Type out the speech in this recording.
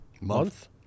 month